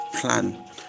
plan